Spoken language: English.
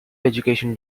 education